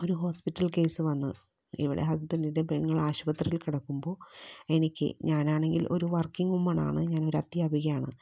ഒരു hospital case വന്ന് ഇവിടെ ഹസ്ബൻഡിൻ്റെ പെങ്ങൾ ആശുപത്രിയിൽ കിടക്കുമ്പോൾ എനിക്ക് ഞാനാണെങ്കിൽ ഒരു വർക്കിങ്ങ് വുമണാണ് ഞാനൊരു അധ്യാപികയാണ്